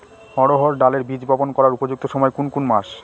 অড়হড় ডালের বীজ বপন করার উপযুক্ত সময় কোন কোন মাস?